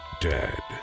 dead